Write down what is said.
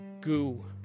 goo